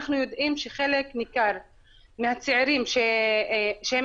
אנחנו יודעים שחלק ניכר מהצעירים שהם